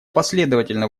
последовательно